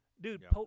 Dude